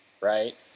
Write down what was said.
right